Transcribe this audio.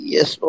Yes